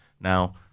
Now